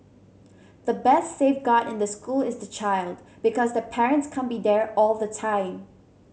the best safeguard in the school is the child because the parents can't be there all the time